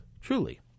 truly